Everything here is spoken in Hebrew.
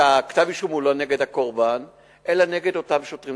שכתב-האישום הוא לא נגד הקורבן אלא נגד אותם שוטרים.